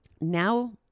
Now